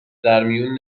درمیون